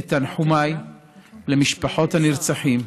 את תנחומי למשפחות הנרצחים,